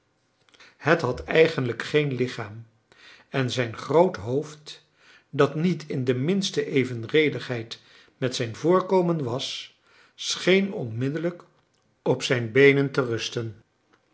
het had eigenlijk geen lichaam en zijn groot hoofd dat niet in de minste evenredigheid met zijn voorkomen was scheen onmiddellijk op zijn beenen te rusten